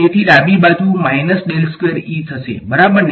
તેથી ડાબી બાજુ થશે બરાબર ને